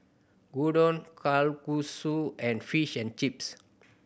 Gyudon Kalguksu and Fish and Chips